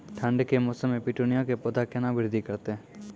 ठंड के मौसम मे पिटूनिया के पौधा केना बृद्धि करतै?